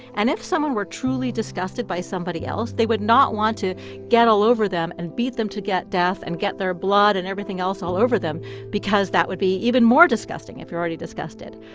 and if someone were truly disgusted by somebody else, they would not want to get all over them and beat them to death and get their blood and everything else all over them because that would be even more disgusting if you're already disgusted.